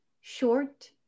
short